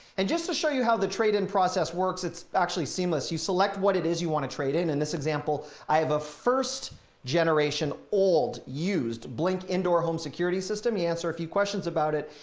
and just to show you how the trading process works, it's actually seamless you select what it is you wanna trade in in this example, i have a first generation old used blink indoor home security system, you answer a few questions about it.